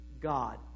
God